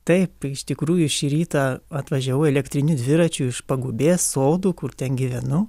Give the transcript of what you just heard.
taip iš tikrųjų šį rytą atvažiavau elektriniu dviračiu iš pagubės sodų kur ten gyvenu